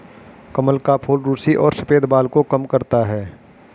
कमल का फूल रुसी और सफ़ेद बाल को कम करता है